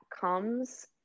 comes